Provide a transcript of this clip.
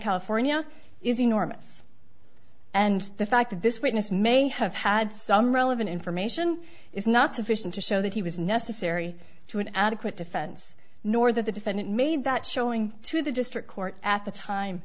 california is enormous and the fact that this witness may have had some relevant information is not sufficient to show that he was necessary to an adequate defense nor that the defendant made that showing to the district court at the time